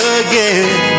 again